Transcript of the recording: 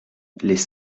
les